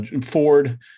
Ford